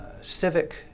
civic